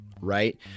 right